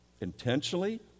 intentionally